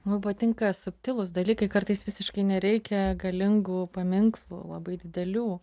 mum patinka subtilūs dalykai kartais visiškai nereikia galingų paminklų labai didelių